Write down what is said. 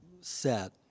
set